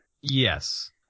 Yes